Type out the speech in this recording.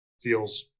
feels